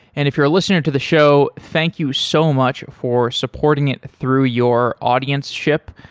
and if you're listening to the show, thank you so much for supporting it through your audienceship.